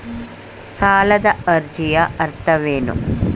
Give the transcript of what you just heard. ಸಾಲದ ಅರ್ಜಿಯ ಅರ್ಥವೇನು?